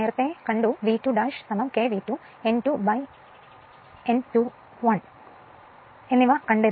നേരത്തെ നമ്മൾ V2 k V2 N2 byN2 1 എന്നിവ കണ്ടു